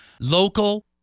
local